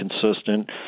consistent